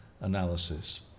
analysis